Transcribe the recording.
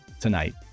tonight